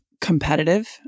competitive